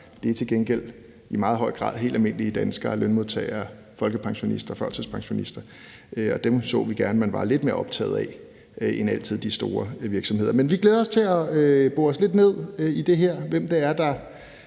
det er til gengæld i meget høj grad de helt almindelige danskere, altså lønmodtagerne, folkepensionisterne og førtidspensionisterne. Og dem så vi gerne man var lidt mere optaget af end altid de store virksomheder. Men vi glæder os til at bore os lidt mere ned i det her og se på, hvem